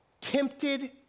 tempted